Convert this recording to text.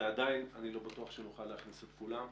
ולמרות זאת אני לא בטוח שנוכל לשמוע את כולם,